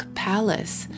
palace